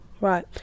Right